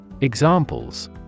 Examples